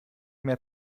mehr